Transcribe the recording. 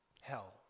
hell